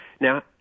now